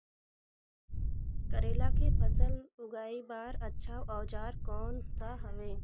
करेला के फसल उगाई बार अच्छा औजार कोन सा हवे?